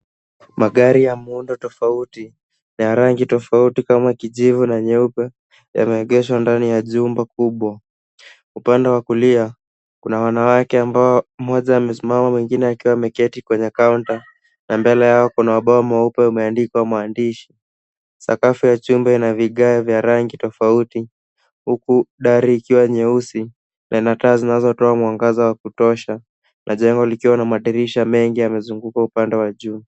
Magari ya muundo tofauti ya rangi tofauti kama kijivu na nyeupe yameegeshwa ndani ya jumba kubwa. Upande wa kulia kuna wanawake ambao mmoja amesimama mwingine akiwa ameketi kwenye kaunta na mbele yao kuna ubao mweupe umeandikwa maandishi. Sakafu ya chumba ina vigae vya rangi tofauti huku dari ikiwa nyeusi na ina taa zinazotoa mwangaza wa kutosha na jengo likiwa na madirisha mengi yamezunguka upande wa juu.